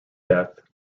death